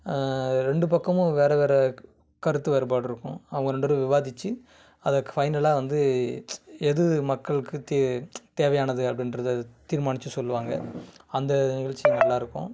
ரெண்டு பக்கமும் வேற வேற கருத்து வேறுபாடு இருக்கும் அவங்க ரெண்டு பேரும் விவாதித்து அத ஃபைனலாக வந்து எது மக்களுக்கு தே தேவையானது அப்படின்றத அது தீர்மானித்து சொல்லுவாங்கள் அந்த நிகழ்ச்சி நல்லா இருக்கும்